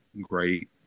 great